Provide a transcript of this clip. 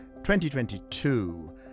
2022